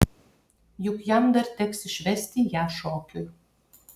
juk jam dar teks išvesti ją šokiui